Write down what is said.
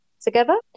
together